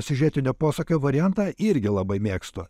siužetinio posūkio variantą irgi labai mėgstu